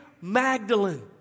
Magdalene